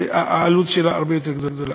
העלות שלה הרבה יותר גדולה.